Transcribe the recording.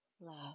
love